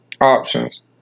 Options